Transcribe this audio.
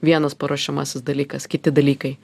vienas paruošiamasis dalykas kiti dalykai